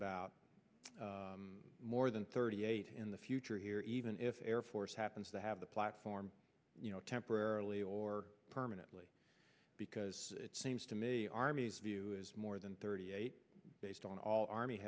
about more thirty eight in the future here even if air force happens to have the platform you know temporarily or permanently because it seems to me army's view is more than thirty eight based on all army